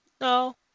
No